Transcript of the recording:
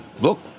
look